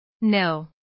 No